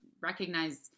recognize